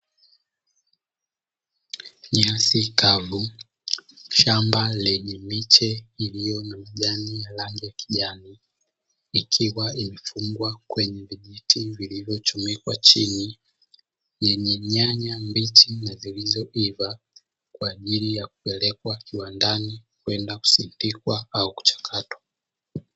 Nyasi kavu, shamba lenye miche iliyo na majani ya rangi ya kijani, ikiwa imefungwa kwenye vijiti vilivyochomekwa chini yenye nyanya mbichi, nazilizoiva kwaajili yakupelekwa kiwandani kwenda kusindikwa au kuchakatwa.